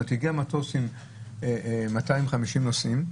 הגיע מטוס עם 250 נוסעים,